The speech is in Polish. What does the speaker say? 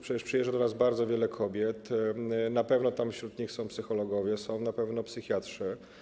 Przecież przyjeżdża do nas bardzo wiele kobiet, na pewno wśród nich są psychologowie, są na pewno psychiatrzy.